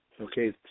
Okay